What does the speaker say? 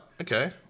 okay